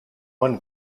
one